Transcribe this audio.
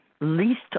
least